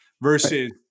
Versus